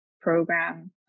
program